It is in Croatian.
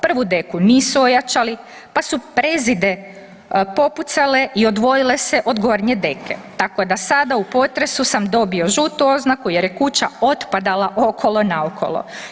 Prvu deku nisu ojačali, pa su prezide popucale i odvojile se od gornje deke tako da sada u potresu sam dobio žutu oznaku jer je kuća otpadala okolo naokolo.